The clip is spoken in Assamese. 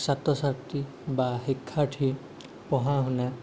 ছাত্ৰ ছাত্ৰী বা শিক্ষাৰ্থীৰ পঢ়া শুনা